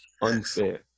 unfair